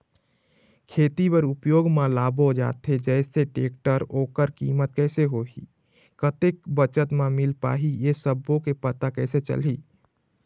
खेती बर उपयोग मा लाबो जाथे जैसे टेक्टर ओकर कीमत कैसे होही कतेक बचत मा मिल पाही ये सब्बो के पता कैसे चलही?